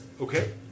Okay